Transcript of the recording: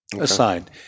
assigned